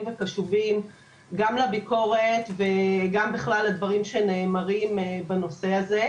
וקשובים גם לביקורת וגם בכלל לדברים שנאמרים בנושא הזה.